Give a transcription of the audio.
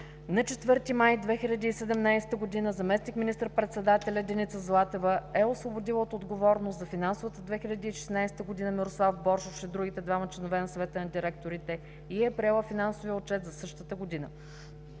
на 4 май 2017 г., заместник министър-председателят Деница Златева е освободила от отговорност за финансовата 2016 г. Мирослав Боршош и другите двама членове на Съвета на директорите, и е приела финансовия отчет за същата година.